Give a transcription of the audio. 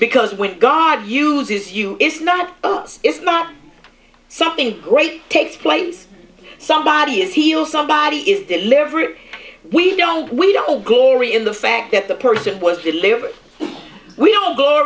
because when god uses you it's not it's not something great takes place somebody is healed somebody is delivery we don't we don't go in the fact that the person was delivered we